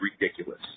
ridiculous